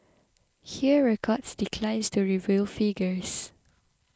Hear Records declines to reveal figures